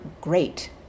great